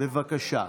בבקשה.